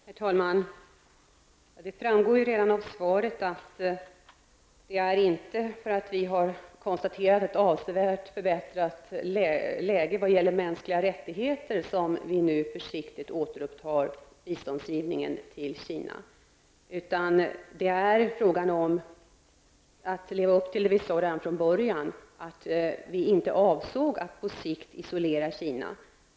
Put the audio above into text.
Herr talman! Det framgår redan av svaret att det förhållandet att vi nu försiktigt återupptar biståndsgivningen till Kina inte beror på att vi har konstaterat ett avsevärt förbättrat läge vad gäller mänskliga rättigheter. Det är i stället fråga om att leva upp till det vi sade redan från början, nämligen att vi inte avsåg att på sikt isolera Kina.